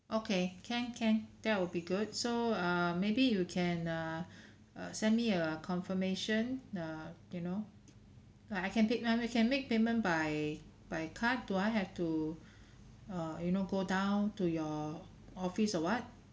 okay can can that will be good so err maybe you can err uh send me a confirmation the you know like I can take ah we can make payment by by card do I have to uh you know go down to your office or what